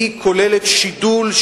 כוללת שידול,